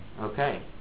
Okay